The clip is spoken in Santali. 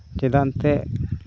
ᱪᱮᱫᱟᱜ ᱮᱱᱛᱮᱫ